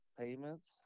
payments